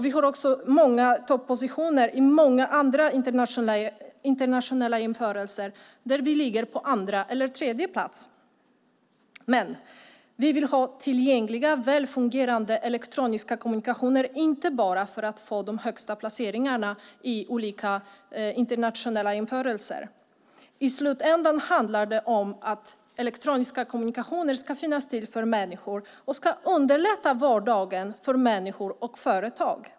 Vi har också många toppositioner i många andra internationella jämförelser, där vi ligger på andra eller tredje plats. Men, vi vill ha tillgängliga, välfungerande elektroniska kommunikationer inte bara för att få de högsta placeringarna i olika internationella jämförelser. I slutändan handlar det om att elektroniska kommunikationer ska finnas till för människor och ska underlätta vardagen för människor och företag.